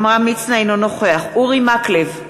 אינו נוכח אורי מקלב,